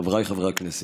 חבריי חברי הכנסת,